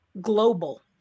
global